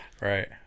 right